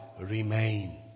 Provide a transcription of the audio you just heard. Remain